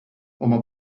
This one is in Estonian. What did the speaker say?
oma